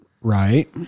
right